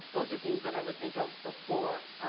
those are things that i would think of before,